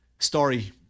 story